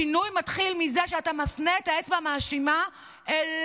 השינוי מתחיל מזה שאתה מפנה את האצבע המאשימה אליך